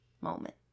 moment